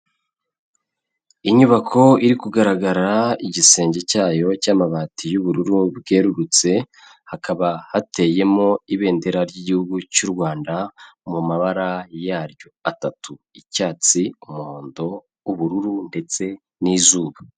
Inyubako iri kugaragara igisenge cyayo cy'amabati y'ubururu bwerurutse, hakaba hateyemo ibendera ry'Igihugu cy'u Rwanda mu mabara yaryo atatu, icyatsi, umuhondo, ubururu ndetse n'izuba.